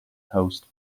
host